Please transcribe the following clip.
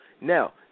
now